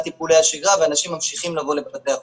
טיפולי השגרה ואנשים ממשיכים לבוא לבתי החולים.